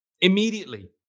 immediately